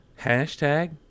Hashtag